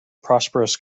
prosperous